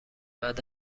بعد